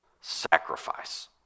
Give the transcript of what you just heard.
sacrifice